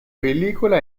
pellicola